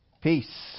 Peace